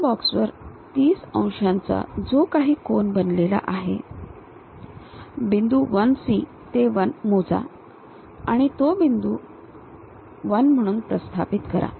या बॉक्सवर 30 अंशांचा जो काही कोन बनलेला आहे बिंदू 1 C ते 1 मोजा आणि तो बिंदू 1 म्हणून प्रस्थापित करा